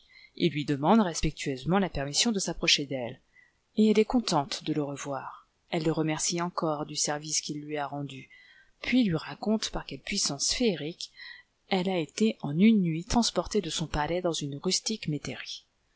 et lui demande respectueusement la permission de s'approcher d'elle et elle est contente de le revoir elle le remercie encore du service qu'il lui a rendu puis lui raconte par quelle puissance féerique elle a été en une nuit transportée de son palais dans une rustique métairie